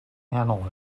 analyst